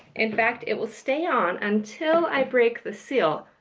in fact, it will stay on until i break the seal,